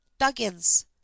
Duggins